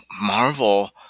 Marvel